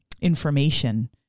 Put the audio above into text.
information